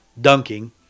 dunking